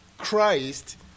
Christ